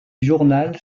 journal